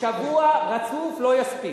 שבוע רצוף לא יספיק.